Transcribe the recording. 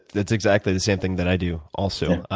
that's exactly the same thing that i do, also.